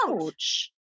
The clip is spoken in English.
Ouch